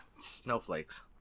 Snowflakes